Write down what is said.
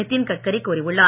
நிதின் கட்கரி கூறியுள்ளார்